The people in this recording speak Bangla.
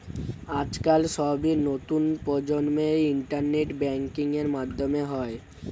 আজকাল সবই নতুন প্রজন্মের ইন্টারনেট ব্যাঙ্কিং এর মাধ্যমে হয়